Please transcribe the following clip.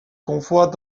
convois